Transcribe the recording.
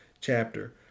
chapter